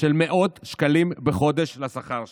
של מאות שקלים בחודש לשכר שלהם.